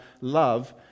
love